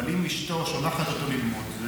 אבל אם אשתו שולחת אותו ללמוד,